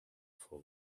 for